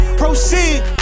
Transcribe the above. proceed